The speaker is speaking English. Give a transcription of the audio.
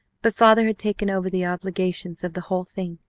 but father had taken over the obligations of the whole thing.